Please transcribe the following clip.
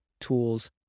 tools